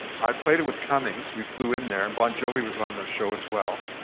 i played it with cummings, we flew in there, and bon jovi was on the show as well.